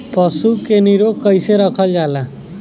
पशु के निरोग कईसे रखल जाला?